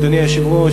אדוני היושב-ראש,